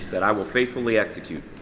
that i will faithfully execute.